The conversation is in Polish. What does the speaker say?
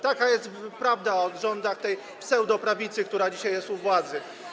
Taka jest prawda o rządach tej pseudoprawicy, która dzisiaj jest u władzy.